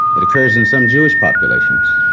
it occurs in some jewish populations.